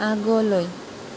আগলৈ